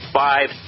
five